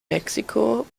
mexiko